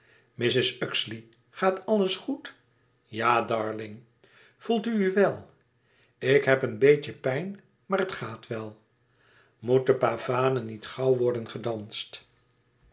mrs uxeley gaat alles goed ja darling voelt u u wel ik heb een beetje pijn maar het gaat wel moet de pavane niet gauw worden gedanst